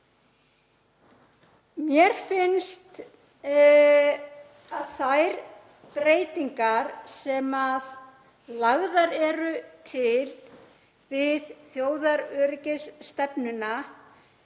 Mér finnst þær breytingar sem lagðar eru til við þjóðaröryggisstefnuna